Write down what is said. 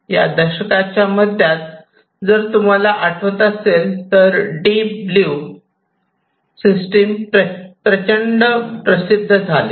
या दशकाच्या मध्यात जर तुम्हाला आठवत असेल तर दीप ब्लू सिस्टीम प्रचंड प्रसिद्ध झाले